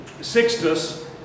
Sixtus